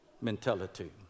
mentality